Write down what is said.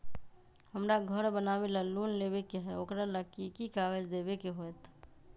हमरा घर बनाबे ला लोन लेबे के है, ओकरा ला कि कि काग़ज देबे के होयत?